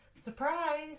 surprise